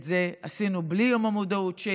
ואת זה עשינו בלי יום המודעות,